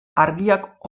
argiak